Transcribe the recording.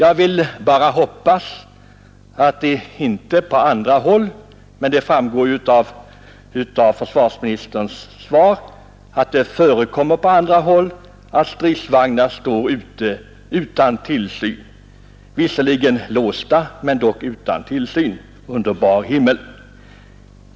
Av försvarsministerns svar framgår emellertid att det även på andra håll förekommer att stridsvagnar står ute utan tillsyn, visserligen låsta men dock utan tillsyn under bar himmel.